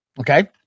Okay